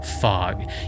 fog